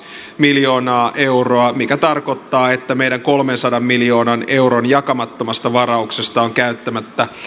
miljoonaa euroa mikä tarkoittaa että meidän kolmensadan miljoonan euron jakamattomasta varauksesta on käyttämättä